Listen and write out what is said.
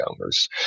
owners